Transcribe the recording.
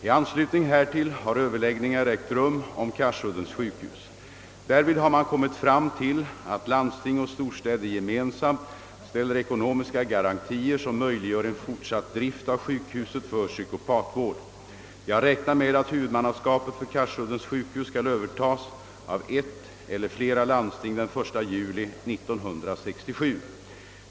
I anslutning därtill har överläggningar ägt rum om Karsuddens sjukhus. Därvid har man kommit fram till att landsting och storstäder gemensamt ställer ekonomiska garantier som möjliggör en fortsatt drift av sjukhuset för psykopatvård. Jag räknar med att huvudmannaskapet för Karsuddens sjukhus skall övertas av ett eller flera landsting den 1 juli 1967.